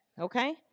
Okay